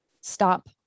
stop